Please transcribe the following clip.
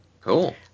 Cool